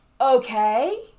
okay